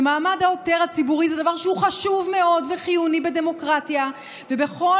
ומעמד העותר הציבורי זה דבר שהוא חשוב מאוד וחיוני בדמוקרטיה ובכל